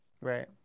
right